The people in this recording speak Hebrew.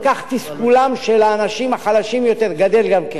כך תסכולם של האנשים החלשים גדל גם כן.